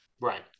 right